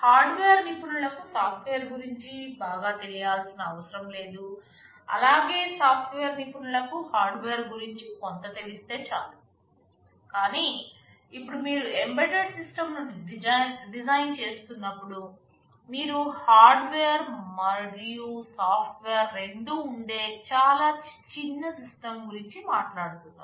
hardware నిపుణులకు software గురించి బాగా తెలియాల్సిన అవసరము లేదు అలాగే సాఫ్ట్వేర్ నిపుణులకు హార్డ్వేర్ గురించి కొంత తెలిస్తే చాలు కానీ ఇప్పుడు మీరు ఎంబెడెడ్ సిస్టమ్ను డిజైన్ చేస్తున్నప్పుడు మీరు హార్డ్వేర్ మరియు సాఫ్ట్వేర్ రెండూ ఉండే చాలా చిన్న సిస్టమ్ గురించి మాట్లాడుతున్నారు